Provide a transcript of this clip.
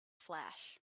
flash